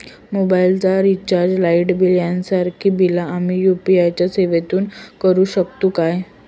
Mobile recharge, light bill यांसारखी बिला आम्ही यू.पी.आय सेवेतून करू शकतू काय?